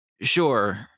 sure